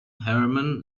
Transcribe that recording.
hermon